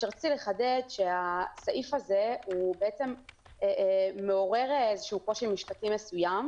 רציתי לחדד שהסעיף הזה מעורר קושי משפטי מסוים,